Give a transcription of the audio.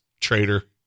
Traitor